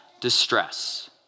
distress